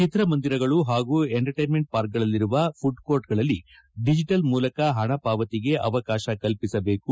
ಚಿತ್ರಮಂದಿರಗಳು ಹಾಗೂ ಎಂಟರ್ಟೇನ್ಮೆಂಟ್ ಪಾರ್ಕ್ಗಳಲ್ಲಿರುವ ಫುಡ್ಕೋರ್ಟ್ಗಳಲ್ಲಿ ಡಿಜಟಲ್ ಮೂಲಕ ಹಣ ಪಾವತಿಗೆ ಅವಕಾಶ ಕಲ್ಪಿಸಬೇಕು